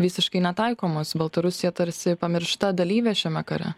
visiškai netaikomos baltarusija tarsi pamiršta dalyvė šiame kare